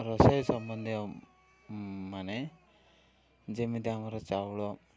ରୋଷେଇ ସମ୍ବନ୍ଧୀୟ ମାନେ ଯେମିତି ଆମର ଚାଉଳ